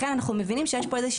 לכן אנחנו מבינים שיש פה איזה שהוא,